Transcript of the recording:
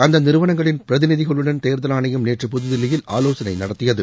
அந்த நிறுவனங்களின் பிரதிநிதிகளுடன் தேர்தல் ஆணையம் நேற்று புதுதில்லியில் ஆலோசனை நடத்தியது